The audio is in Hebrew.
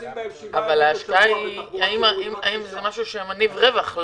ההשקעה היא במשהו שמניב רווח,